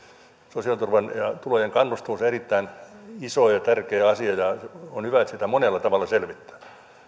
sosiaaliturvan ja tulojen kannustavuus on erittäin iso ja tärkeä asia ja on hyvä että sitä monella tavalla selvitetään